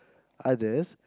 others